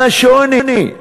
מה השוני?